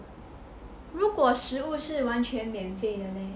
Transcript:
如果食是完全免费的 leh